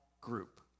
group